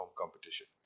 competition